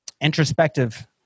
introspective